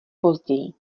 později